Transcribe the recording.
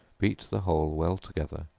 beat the whole well together,